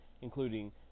including